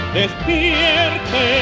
despierte